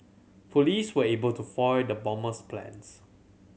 police were able to foil the bomber's plans